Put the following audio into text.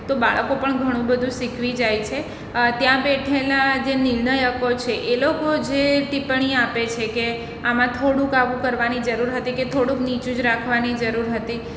તો બાળકો પણ ઘણું બધું શીખવી જાય છે ત્યાં બેઠેલા જે નિર્ણાયકો છે એ લોકો જે ટીપ્પણી આપે છે કે આમાં થોડુંક આવું કરવાની જરૂર હતી કે થોડુંક નીચું જ રાખવાની જરૂર હતી